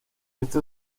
esto